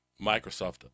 Microsoft